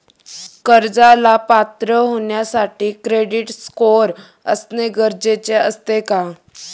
कर्जाला पात्र होण्यासाठी क्रेडिट स्कोअर असणे गरजेचे असते का?